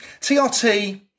TRT